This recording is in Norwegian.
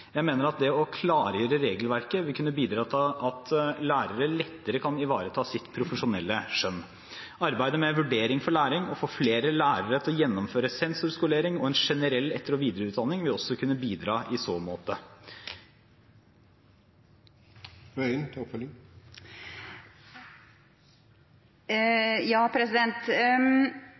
Jeg mener at å klargjøre regelverket vil kunne bidra til at lærere lettere kan ivareta sitt profesjonelle skjønn. Arbeidet med vurdering for læring, å få flere lærere til å gjennomføre sensorskolering og en generell videre- og etterutdanning vil også kunne bidra i så måte.